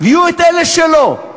ויהיו את אלה שלא.